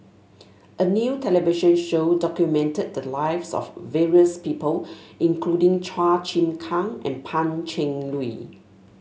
a new television show documented the lives of various people including Chua Chim Kang and Pan Cheng Lui